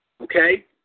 okay